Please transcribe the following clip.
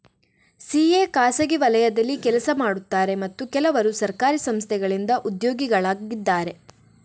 CA ಖಾಸಗಿ ವಲಯದಲ್ಲಿ ಕೆಲಸ ಮಾಡುತ್ತಾರೆ ಮತ್ತು ಕೆಲವರು ಸರ್ಕಾರಿ ಸಂಸ್ಥೆಗಳಿಂದ ಉದ್ಯೋಗಿಗಳಾಗಿದ್ದಾರೆ